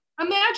Imagine